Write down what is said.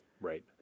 Right